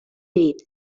dit